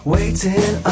Waiting